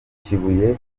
kibuye